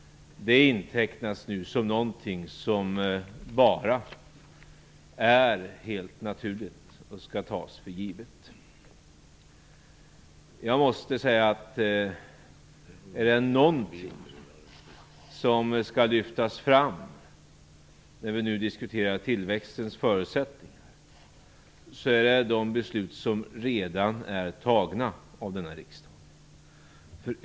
Det intecknas nu som någonting helt naturligt som skall tas för givet. Men är det någonting som skall lyftas fram när vi diskuterar tillväxtens förutsättning är det de beslut som redan är tagna av den här riksdagen.